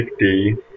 50